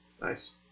Nice